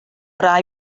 rai